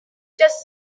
just